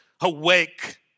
awake